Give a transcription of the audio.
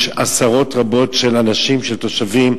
יש עשרות רבות של אנשים, של תושבים,